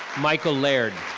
michael laird.